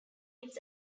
its